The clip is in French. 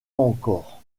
encore